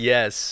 Yes